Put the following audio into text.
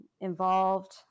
involved